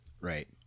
right